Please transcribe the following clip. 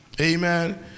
Amen